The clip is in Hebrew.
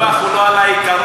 הוויכוח הוא לא על העיקרון,